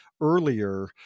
earlier